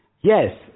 Yes